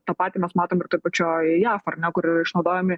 tą patį mes matom ir toj pačioj jav kur yra išnaudojami